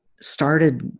started